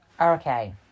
okay